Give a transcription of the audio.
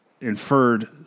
inferred